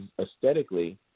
aesthetically